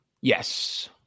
yes